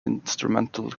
instrumental